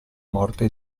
morte